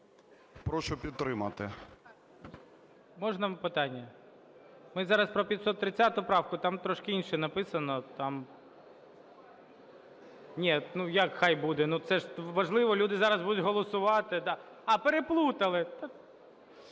Прошу підтримати. ГОЛОВУЮЧИЙ. Можна питання? Ми зараз про 530 правку, там трошки інше написано, там… Ні, ну, як хай буде, ну, це ж важливо, люди зараз будуть голосувати. А, переплутали.